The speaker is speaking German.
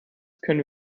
können